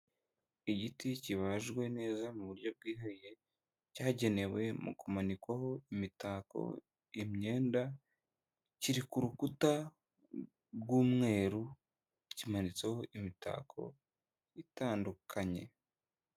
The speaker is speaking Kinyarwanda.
Igiti kibajwe neza mu buryo bwihariye, cyagenewe mu kumanikwaho imitako, imyenda, kiri ku rukuta rw'umweru, kimanitseho imitako itandukanye.